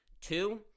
Two